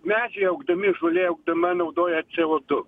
medžiai augdami žolė augdama naudoja co du